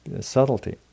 subtlety